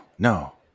No